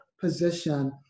position